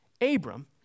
Abram